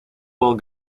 will